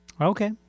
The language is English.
okay